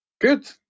Good